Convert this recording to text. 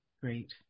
Great